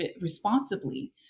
responsibly